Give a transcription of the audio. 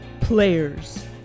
Players